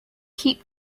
keep